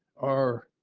our